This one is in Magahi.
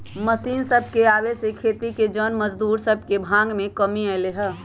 मशीन सभके आबे से खेती के जन मजदूर सभके मांग में कमी अलै ह